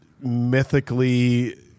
mythically